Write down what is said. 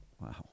wow